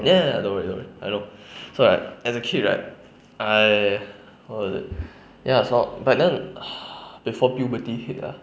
ya no worry no worry I know so right as a kid right I what is it ya so but then before puberty hit ah